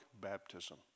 baptism